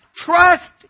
Trust